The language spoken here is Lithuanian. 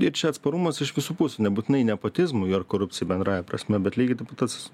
ir čia atsparumas iš visų pusių nebūtinai nepotizmui ar korupcijai bendrąja prasme bet lygiai taip pat tas